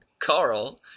Carl